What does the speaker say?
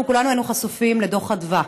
אנחנו כולנו היינו חשופים לדוח אדוה,